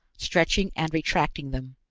stretching and retracting them.